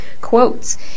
quotes